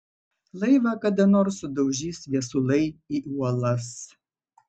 laivą kada nors sudaužys viesulai į uolas